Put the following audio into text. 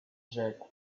rzekł